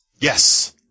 Yes